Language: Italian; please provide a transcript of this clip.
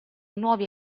nuovi